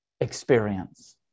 experience